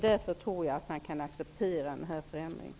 Därför tror jag att man kan acceptera den här förändringen.